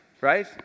right